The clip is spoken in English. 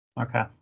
Okay